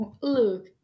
Look